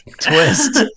twist